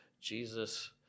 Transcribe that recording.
Jesus